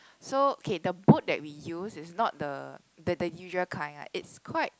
so okay the boat that we use is not the the the usual kind right it's quite